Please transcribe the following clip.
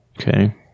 Okay